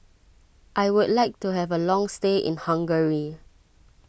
I would like to have a long stay in Hungary